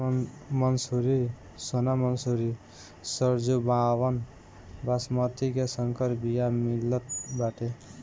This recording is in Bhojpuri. मंसूरी, सोना मंसूरी, सरजूबावन, बॉसमति के संकर बिया मितल बाटे